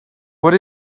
what